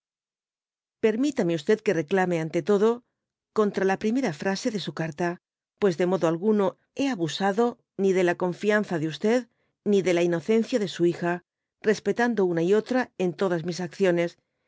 permítame que reclame te todo contra la primer frase de su carta pues de modo algu no hé abusado ni de la confianza de ni de la inocencia de su hija respetando una y otra en todas mis acciones